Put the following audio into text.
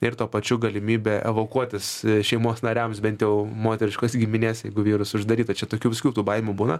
ir tuo pačiu galimybė evakuotis šeimos nariams bent jau moteriškos giminės jeigu vyrus uždaryt tai čia tokių visokių tų baimių būna